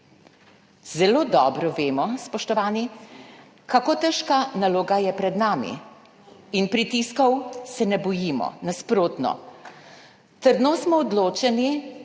Zelo dobro vemo, spoštovani, kako težka naloga je pred nami, in pritiskov se ne bojimo. Nasprotno, trdno smo odločeni,